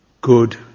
good